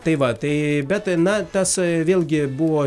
tai va tai bet na tas vėlgi buvo